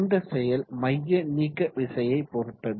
இந்த செயல் மைய நீக்க விசையை பொறுத்தது